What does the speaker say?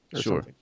Sure